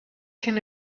can